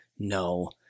No